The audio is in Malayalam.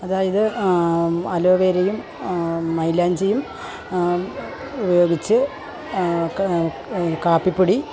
അതായത് അലോവേരയും മൈലാഞ്ചിയും വേവിച്ച് കാപ്പിപ്പൊടി